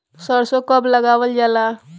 सरसो कब लगावल जाला?